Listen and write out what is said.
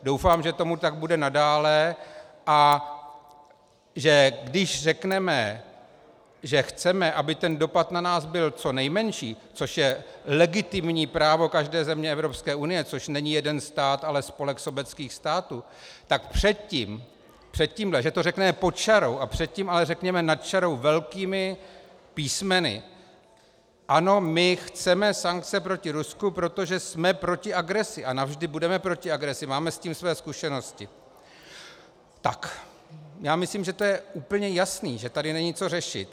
Doufám, že tomu tak bude i nadále, a že když řekneme, že chceme aby ten dopad na nás byl co nejmenší, což je legitimní právo každé země Evropské unie, což není jeden stát, ale spolek sobeckých států, že to řekneme pod čarou, ale předtím řekněme nad čarou velkými písmeny ano, my chceme sankce proti Rusku, protože jsme a navždy budeme proti agresi, máme s tím své zkušenosti, tak já myslím, že to je úplně jasné, že tady není co řešit.